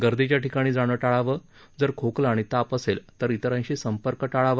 गर्दीच्या ठिकाणी जाणं टाळावं जर खोकला आणि ताप असेल तर इतरांशी संपर्क टाळावा